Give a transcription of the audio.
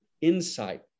insight